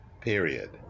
Period